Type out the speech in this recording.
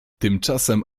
tymczasem